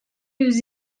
yüz